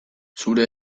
zure